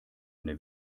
eine